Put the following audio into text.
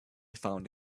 found